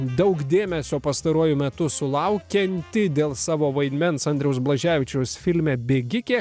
daug dėmesio pastaruoju metu sulaukianti dėl savo vaidmens andriaus blaževičiaus filme bėgikė